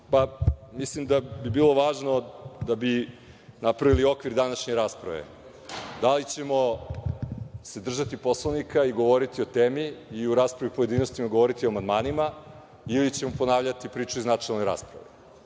Mislim da bi bilo važno da bi napravili okvir današnje rasprave, da li ćemo se držati Poslovnika i govoriti o temi i u raspravi u pojedinostima govoriti o amandmanima, ili ćemo ponavljati priču iz načelne rasprave. Mislim